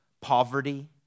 Poverty